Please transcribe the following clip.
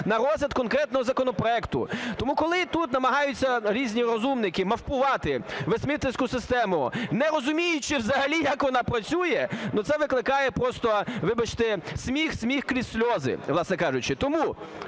на розгляд конкретного законопроекту. Тому, коли тут намагаються різні розумники мавпувати вестмінстерську систему, не розуміючи взагалі, як вона працює, ну, це викликає просто, вибачте, сміх, сміх крізь сльози, власне кажучи. Тому,